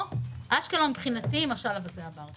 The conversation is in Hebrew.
אשקלון מבחינתי היא משל אווזי הבר.